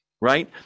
right